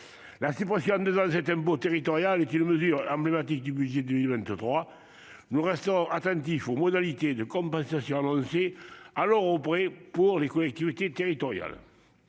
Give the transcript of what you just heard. La suppression en deux ans de cet impôt territorial est une mesure emblématique du budget 2023. Nous resterons attentifs aux modalités de compensation, annoncées à l'euro près, à destination des collectivités territoriales.